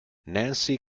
nancy